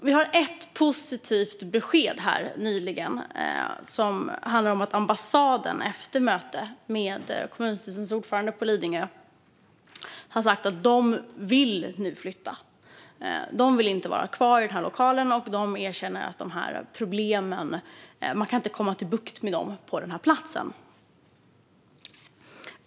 Det kom ett positivt besked nyligen, som handlar om att ambassaden efter möte med kommunstyrelsens ordförande i Lidingö har sagt att de vill flytta. De vill inte vara kvar i de här lokalerna, och de erkänner att de inte kan få bukt med problemen på den här platsen.